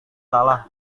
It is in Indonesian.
salah